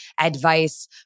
advice